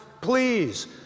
Please